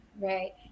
Right